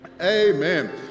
Amen